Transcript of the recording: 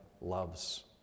loves